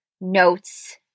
notes